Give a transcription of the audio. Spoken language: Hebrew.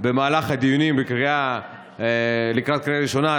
במהלך הדיונים לקראת קריאה ראשונה,